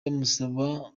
bamusaba